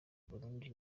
burundi